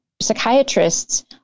psychiatrists